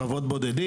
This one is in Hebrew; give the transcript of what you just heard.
חוות בודדים.